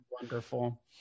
wonderful